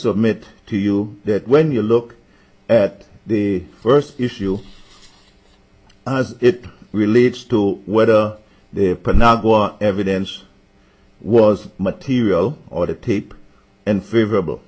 submit to you that when you look at the first issue as it relates to whether the evidence was material or the tape and favorable